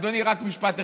אדוני, רק משפט אחד.